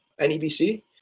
NEBC